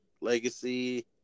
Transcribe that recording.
Legacy